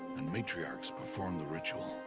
and matriarchs perform the ritual.